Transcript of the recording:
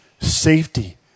safety